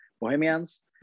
Bohemians